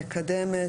מקדמת,